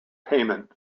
payment